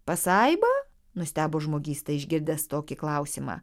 pasaiba nustebo žmogysta išgirdęs tokį klausimą